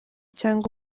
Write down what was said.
cyangwa